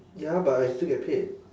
ya but I still get paid